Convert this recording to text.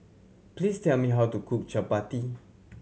please tell me how to cook Chapati